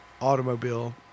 Automobile